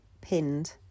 pinned